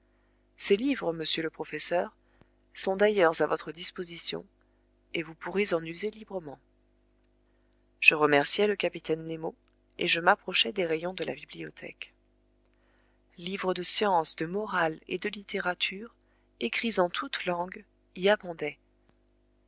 ces livres monsieur le professeur sont d'ailleurs à votre disposition et vous pourrez en user librement je remerciai le capitaine nemo et je m'approchai des rayons de la bibliothèque livres de science de morale et de littérature écrits en toute langue y abondaient